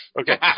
Okay